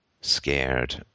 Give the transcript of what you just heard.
scared